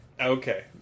Okay